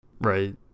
Right